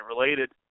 related